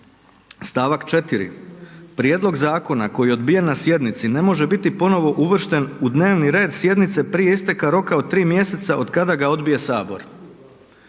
Stavak 4.: „Prijedlog zakona koji je odbijen na sjednici ne može biti ponovno uvršten u dnevni red sjednice prije isteka roka od 3 mjeseca otkada ga odbije Sabor.“.